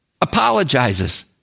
apologizes